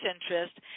interest